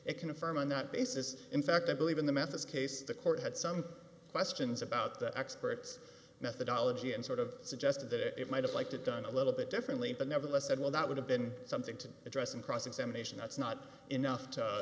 it can affirm on that basis in fact i believe in the methods case the court had some questions about the experts methodology and sort of suggested that it might have liked it done a little bit differently but nevertheless said well that would have been something to address in cross examination that's not enough to